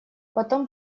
потом